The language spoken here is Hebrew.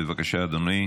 בבקשה, אדוני.